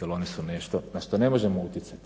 jer one su nešto na što ne možemo utjecat.